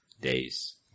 days